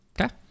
Okay